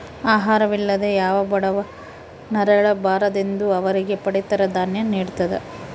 ಆಹಾರ ವಿಲ್ಲದೆ ಯಾವ ಬಡವ ನರಳ ಬಾರದೆಂದು ಅವರಿಗೆ ಪಡಿತರ ದಾನ್ಯ ನಿಡ್ತದ